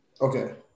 Okay